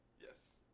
Yes